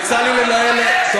יצא לי לנהל, לקחת החלטה.